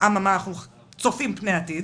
אממה שאנחנו צופים פני עתיד